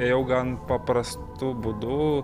ėjau gan paprastu būdu